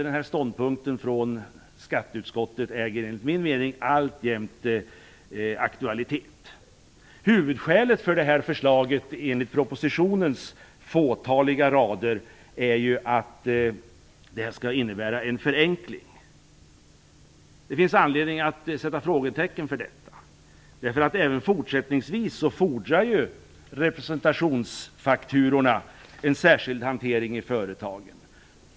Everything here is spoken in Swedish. Den här ståndpunkten från skatteutskottet äger enligt min mening alltjämt aktualitet. Huvudskälet för förslaget enligt propositionens fåtaliga rader är att det skall innebära en förenkling. Det finns anledning att sätta frågetecken för detta. Även fortsättningsvis fordrar representationsfakturorna en särskild hantering i företagen.